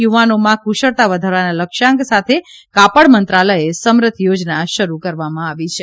યુવાનોમાં કુશળતા વધારવાના લક્ષ્યાંક સાથે કાપડ મંત્રાલયે સમરથ યોજના શરુ કરવામાં આવી છે